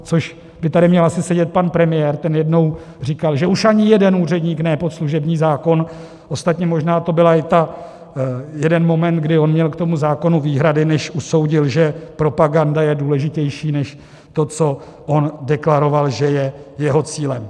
Což by tady měl asi sedět pan premiér, ten jednou říkal, že už ani jeden úředník ne pod služební zákon, ostatně možná to byl i ten jeden moment, kdy on měl k tomu zákonu výhrady, než usoudil, že propaganda je důležitější než to, co on deklaroval, že je jeho cílem.